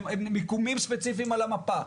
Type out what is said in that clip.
של מיקומים ספציפיים על המפה.